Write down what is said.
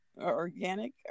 organic